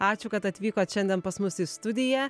ačiū kad atvykot šiandien pas mus į studiją